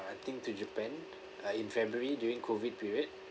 uh I think to japan uh in february during COVID period